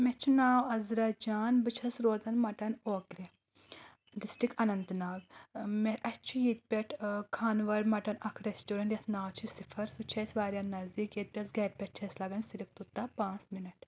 مےٚ چھُ ناو عزرا جان بہٕ چھَس روزَان مٹَن اوکرِ ڈسٹرِک اننت ناگ مےٚ اَسہِ چھُ ییٚتہِ پؠٹھ خانواڑِ مَٹَن اکھ ریسٹورنٛٹ یَتھ ناو چھِ صِفر سُہ چھِ اَسہِ واریاہ نزدیٖک ییٚتہِ پؠٹھ گرِ پؠٹھ چھِ اسہِ لگَان صرف توٚتام پانٛژھ مِنٹ